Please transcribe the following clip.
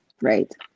Right